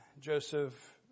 Joseph